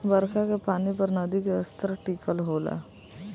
बरखा के पानी पर नदी के स्तर टिकल होला